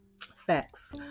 Facts